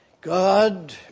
God